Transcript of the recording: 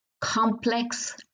complex